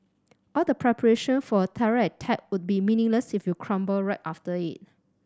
all the preparation for a terror attack would be meaningless if you crumble right after it